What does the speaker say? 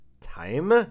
time